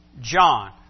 John